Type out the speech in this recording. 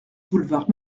boulevard